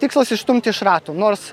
tikslas išstumti iš ratų nors